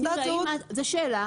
זאת שאלה.